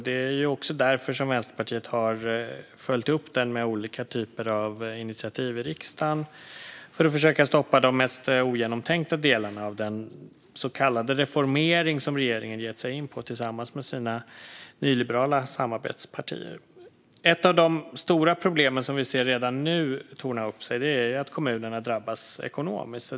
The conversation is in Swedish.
Det är också därför som Vänsterpartiet har följt upp den med olika typer av initiativ i riksdagen för att försöka stoppa de mest ogenomtänkta delarna av den så kallade reformering som regeringen gett sig in på tillsammans med sina nyliberala samarbetspartier. Ett av de stora problem som vi redan nu ser torna upp sig är att kommunerna drabbas ekonomiskt.